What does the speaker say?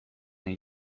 een